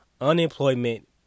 unemployment